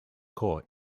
court